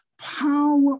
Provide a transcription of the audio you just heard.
power